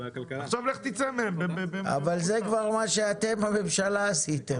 אבל זה כבר מה שאתם בממשלה עשיתם.